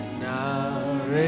now